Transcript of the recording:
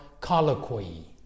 Colloquy